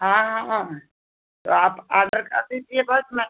हाँ हाँ तो आप आडर कर दीजिए बस मैं